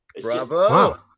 Bravo